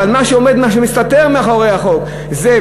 אבל מה שמסתתר מאחורי החוק הזה.